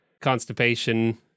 Constipation